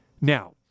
Now